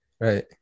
Right